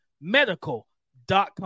medical.com